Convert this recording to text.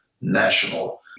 national